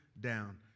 down